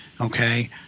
okay